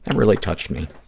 and really touched me.